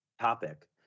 topic